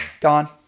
gone